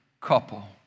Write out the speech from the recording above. couple